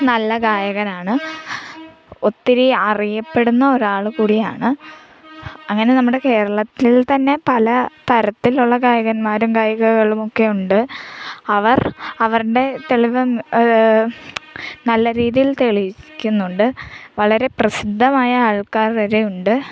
നല്ല ഗായകനാണ് ഒത്തിരി അറിയപ്പെടുന്ന ഒരാൾ കൂടിയാണ് അങ്ങനെ നമ്മുടെ കേരളത്തിൽ തന്നെ പല തരത്തിലുള്ള ഗായകന്മാരും ഗായികകളുമൊക്കെ ഉണ്ട് അവർ അവരുടെ തെളിവ് നല്ല രീതിയിൽ തെളിയിക്കുന്നുണ്ട് വളരെ പ്രസിദ്ധമായ ആൾക്കാർ വരെ ഉണ്ട്